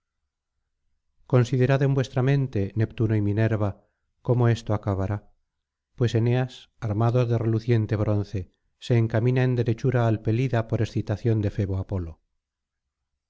considerad en vuestra mente neptuno y minerva cómo esto acabará pues eneas armado de reluciente bronce se encamina en derechura al pelida por excitación de febo apolo